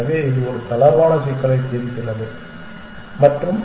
எனவே இது ஒரு தளர்வான சிக்கலை தீர்க்கிறது மற்றும்